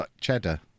cheddar